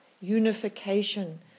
unification